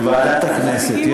הוותיקים אומרים, ועדת הכנסת.